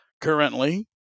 Currently